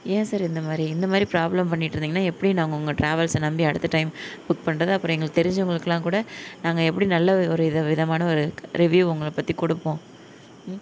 ஏன் சார் இந்த மாதிரி இந்த மாதிரி ப்ராப்ளம் பண்ணிகிட்டு இருந்தீங்கன்னா எப்படி நாங்கள் உங்கள் ட்ராவல்ஸ்சை நம்பி அடுத்த டைம் புக் பண்ணுறது அப்புறம் எங்களுக்கு தெரிஞ்சவங்களுக்கெல்லாம் கூட நாங்கள் எப்படி நல்ல ஒரு விதமான ஒரு ரிவ்யூ உங்களை பற்றி கொடுப்போம்